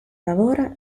lavora